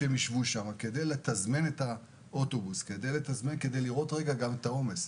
כדי לתזמן את האוטובוסים ולראות את העומסים.